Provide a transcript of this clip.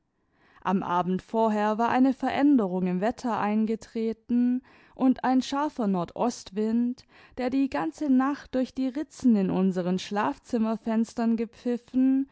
am abend vorher war eine veränderung im wetter eingetreten und ein scharfer nordostwind der die ganze nacht durch die ritzen in unseren schlafzimmerfenstern gepfiffen